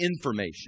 information